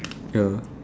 ya